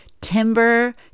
timber